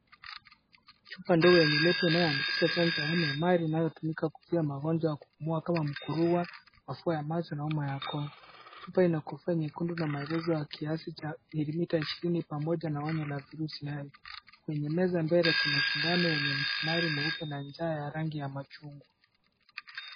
Chupa ndogo yenye lebo inayoandikisha chanjo ya MMR inayotumika kuzuia magonjwa ya kupumua kama surua, mafua ya macho na homa ya koo. Chupa ina kofia nyekundu na maelezo ya kiasi cha milimita ishirini pamoja na onyo la virusi hayo. Kwenye meza mbele kuna sindano yennye msitari mweupe na ncha ya rangi ya machungwa.